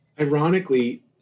Ironically